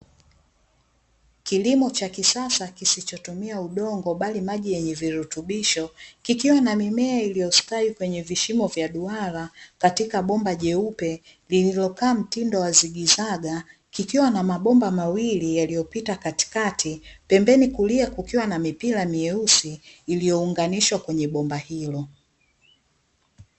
Kilimo cha kisasa kisichotumia udongo bali maji yenye virutubisho, kikiwa na mimea iliyositawi kwenye vishimo vya duara katika bomba jeupe lililokaa mtindo wa zigizaga kikiwa na mabomba mawili yaliyopita katikati. Pembeni kulia kukiwa na mipira meusi iliyounganishwa kwenye bomba hilo.